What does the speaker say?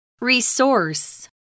Resource